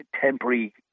temporary